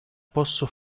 posso